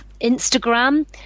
instagram